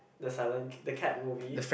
the silent the cat movie